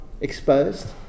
exposed